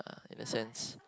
uh in the sense